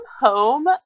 home